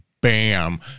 bam